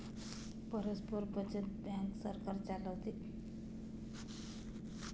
परस्पर बचत बँक सरकार चालवते